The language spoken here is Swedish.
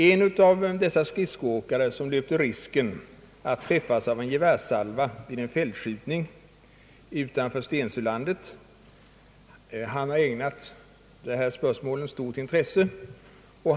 En av de skridskoåkare, som löpte risken att träffas av en gevärssalva vid en fältskjutning utanför Stensölandet, har ägnat säkerhetsfrågan stort intresse.